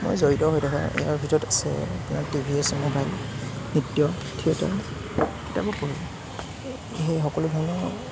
মই জড়িত হৈ থকা ইয়াৰ ভিতৰত আছে টিভি আছে ম'বাইল নৃত্য থিয়েটাৰ কিতাপো পঢ়োঁ সেই সকলো ধৰণৰ